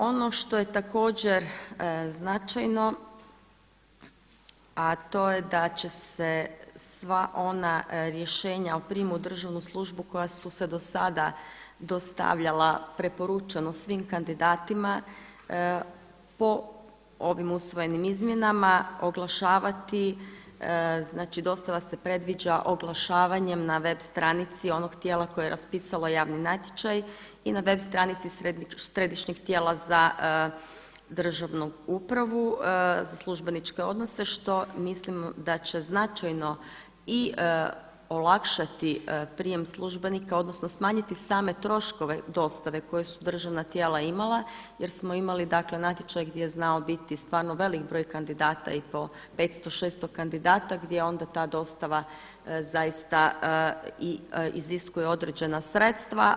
Ono što je također značajno a to je da će se sva ona rješenja o prijemu u državnu službu koja su se do sada dostavljala preporučeno svim kandidatima po ovim usvojenim izmjenama oglašavati, znači dostava se predviđa oglašavanjem na web stranici onog tijela koje je raspisalo javni natječaj i na web stranici Središnjeg tijela za državnu upravu za službeničke odnose što mislim da će značajno i olakšati prijem službenika, odnosno smanjiti same troškove dostave koje su državna tijela imala jer smo imali, dakle natječaj gdje je znao biti stvarno velik broj kandidata i po 500, 600 kandidata gdje onda ta dostava zaista iziskuje određena sredstva.